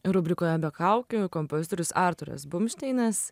rubrikoje be kaukių kompozitorius arturas bumšteinas